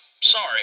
sorry